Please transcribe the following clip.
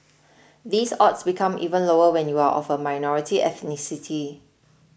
these odds become even lower when you are of a minority ethnicity